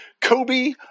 Kobe